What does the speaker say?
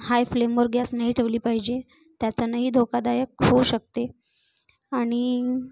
हाय फ्लेमवर गॅस नाही ठेवली पाहिजे त्याच्यानीही धोकादायक होऊ शकते आणि